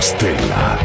Stella